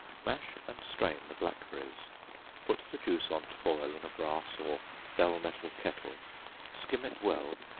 mash and strain the blackberries put the juice on to boil in a brass or bell-metal kettle skim it well,